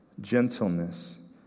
gentleness